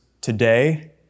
today